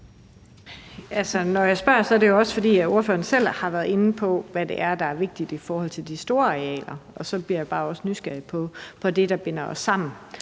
Når jeg spørger, er det jo også, fordi ordføreren selv har været inde på, hvad det er, der er vigtigt i forhold til de store arealer. Så bliver jeg også bare nysgerrig på det, der binder dem sammen.